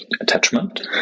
attachment